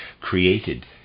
created